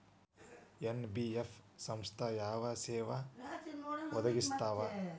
NBF ಸಂಸ್ಥಾ ಯಾವ ಸೇವಾ ಒದಗಿಸ್ತಾವ?